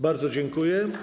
Bardzo dziękuję.